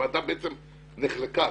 כשהוועדה נחלקה,